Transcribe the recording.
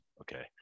okay